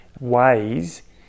ways